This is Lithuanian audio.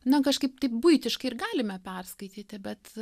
na kažkaip taip buitiškai ir galime perskaityti bet